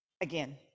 again